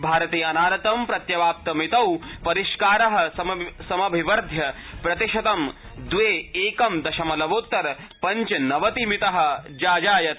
भारते अनारतं प्रत्यावाप्तमितौ परिष्कार समभिवर्ध्य प्रतिशतं द्वे एकं दशमलवोन्तर पञ्चनवतिमित जाजायत